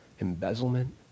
embezzlement